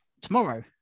tomorrow